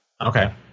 Okay